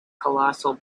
colossal